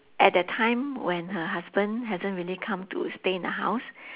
at that time when her husband hasn't really come to stay in the house